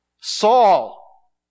Saul